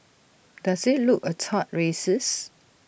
does IT look A tad racist